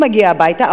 הוא מגיע הביתה,